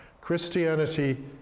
Christianity